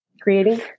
creating